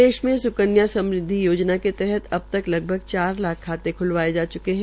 प्रदेश में स्कन्या समृदवि योजना के तहत अब तक लगभग चार लाख खाते ख्लवाये जा च्के है